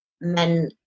men